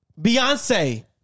Beyonce